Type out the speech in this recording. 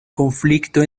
conflicto